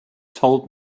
told